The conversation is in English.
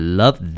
love